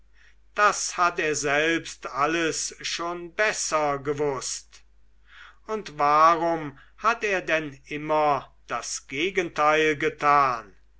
das hat er selbst alles schon besser gewußt und warum hat er denn immer das gegenteil getan